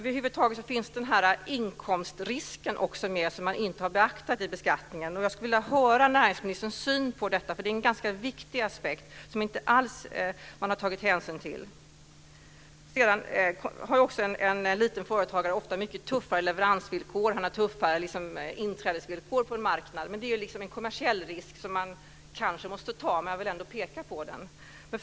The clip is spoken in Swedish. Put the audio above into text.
Över huvud taget finns alltså denna inkomstrisk med, vilken inte beaktats vid beskattningen. Jag skulle vilja höra hur näringsministern ser på detta. Det är en ganska viktig aspekt som man inte alls har tagit hänsyn till. Dessutom har en liten företagare oftare mycket tuffare leveransvillkor och tuffare inträdesvillkor på marknaden, men det är liksom en kommersiell risk som kanske måste tas. Jag vill ändå peka på den.